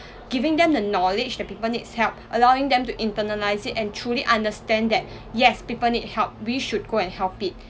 giving them the knowledge that people needs help allowing them to internalize it and truly understand that yes people need help we should go and help it